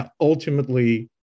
ultimately